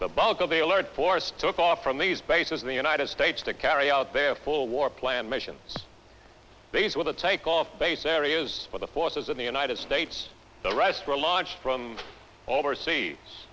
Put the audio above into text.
the bulk of the alert force took off from these bases in the united states to carry out their full war plan missions based with the take off base areas for the forces in the united states the rest were launched from overseas